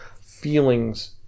feelings